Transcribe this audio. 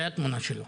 זה התמונה שלו.